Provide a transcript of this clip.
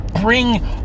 bring